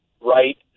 right